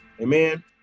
Amen